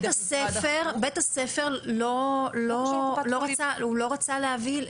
דרך משרד החינוך --- אז בית הספר לא רצה להביא.